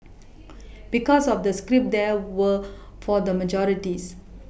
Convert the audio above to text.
because of the scripts they were for the majority